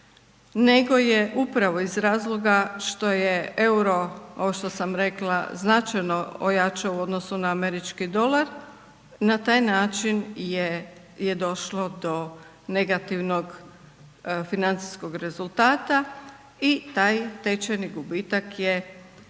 nego je upravo iz razloga što je euro ovo što sam rekla značajno ojačao u odnosu na američki dolar na taj način je došlo do negativnog financijskog rezultata i taj tečajni gubitak je ostvaren